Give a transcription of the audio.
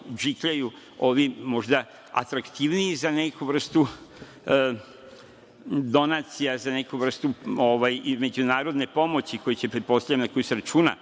možda atraktivniji za neku vrstu donacija, za neku vrstu međunarodne pomoći koju će, pretpostavljam, na koju se računa,